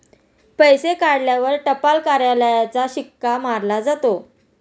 पैसे काढल्यावर टपाल कार्यालयाचा शिक्का मारला जातो